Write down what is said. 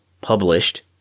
published